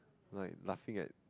like nothing at